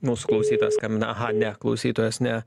mūsų klausytojas skambina aha ne klausytojas ne